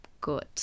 good